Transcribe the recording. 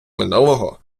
минулого